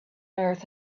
earth